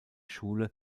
schule